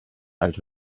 alt